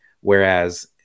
Whereas